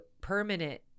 permanent